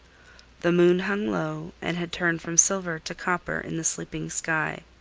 the moon hung low, and had turned from silver to copper in the sleeping sky.